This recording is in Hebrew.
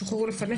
שוחררו לפניך.